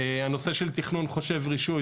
הנושא של תכנון חושב רישוי,